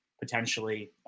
potentially